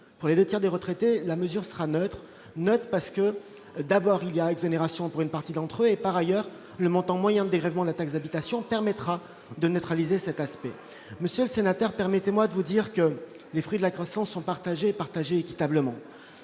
pour les 2 tiers des retraités, la mesure sera neutre, note parce que d'abord il y a exonération pour une partie d'entre eux, et par ailleurs, le montant moyen dégrèvement de la taxe d'habitation permettra de neutraliser cet aspect Monsieur le Sénateur, permettez-moi de vous dire que les fruits de la croissance sont partagés, partagés équitablement,